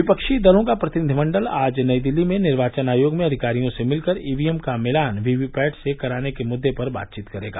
विपक्षी दलों का प्रतिनिधि मण्डल आज नई दिल्ली में निर्वाचन आयोग में अधिकारियों से मिलकर ईवीएम का मिलान वीवीपैट से कराने के मुद्दे पर बातचीत करेगा